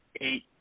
eight